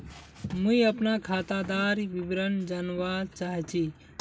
मुई अपना खातादार विवरण जानवा चाहची?